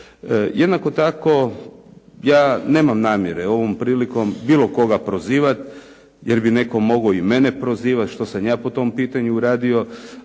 Jednako tako ja nemam namjere ovom prilikom bilo koga prozivati, jer bi netko mogao i mene prozivat što sam ja po tom pitanju uradio,